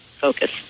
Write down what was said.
focus